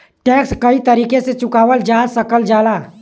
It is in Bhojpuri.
टैक्स कई तरीके से चुकावल जा सकल जाला